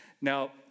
Now